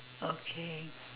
okay